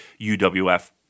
UWF